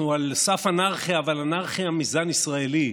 אנחנו על סף אנרכיה, אבל אנרכיה מזן ישראלי,